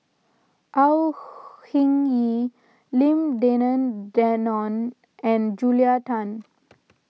Au Hing Yee Lim Denan Denon and Julia Tan